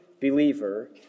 believer